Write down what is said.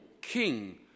king